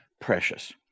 precious